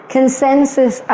Consensus